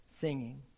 singing